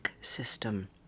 system